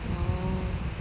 oh